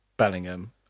Bellingham